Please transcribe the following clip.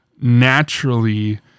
naturally